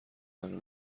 منو